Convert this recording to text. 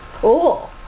Cool